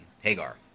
Hagar